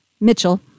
Mitchell